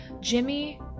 Jimmy